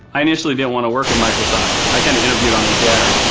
i initially didn't wanna work at microsoft. i kinda interviewed on a dare.